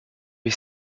est